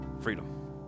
Freedom